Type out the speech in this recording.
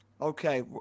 Okay